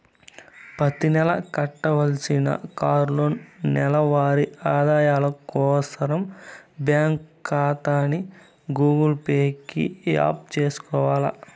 ప్రతినెలా కట్టాల్సిన కార్లోనూ, నెలవారీ వాయిదాలు కోసరం బ్యాంకు కాతాని గూగుల్ పే కి యాప్ సేసుకొవాల